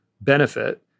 benefit